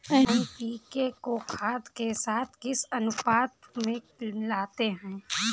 NPK को खाद के साथ किस अनुपात में मिलाते हैं?